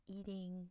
eating